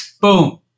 boom